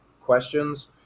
questions